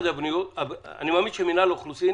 אני מאמין שמינהל האוכלוסין